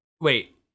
Wait